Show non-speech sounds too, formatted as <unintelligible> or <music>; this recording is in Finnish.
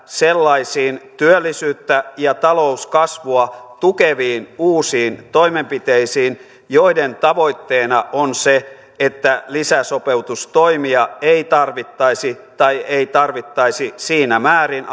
sellaisiin työllisyyttä ja talouskasvua tukeviin uusiin toimenpiteisiin joiden tavoitteena on se että lisäsopeutustoimia ei tarvittaisi tai ei tarvittaisi ainakaan siinä määrin <unintelligible>